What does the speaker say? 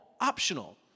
optional